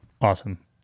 Awesome